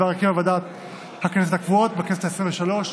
לפי העיקרון של נציגות סיעתית כאמור בסעיף 102 לתקנון הכנסת.